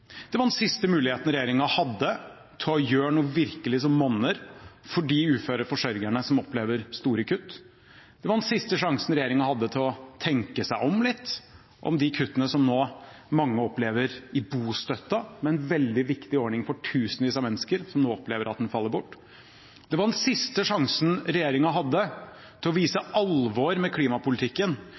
Det var den siste muligheten regjeringen hadde til å gjøre noe som virkelig monner for de uføre forsørgerne som opplever store kutt. Det var den siste sjansen regjeringen hadde til å tenke seg om litt når det gjelder de kuttene som nå mange opplever i bostøtten – en veldig viktig ordning for tusenvis av mennesker som nå opplever at den faller bort. Det var den siste sjansen regjeringen hadde til å vise alvor med klimapolitikken